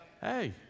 Hey